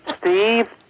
Steve